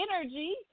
energy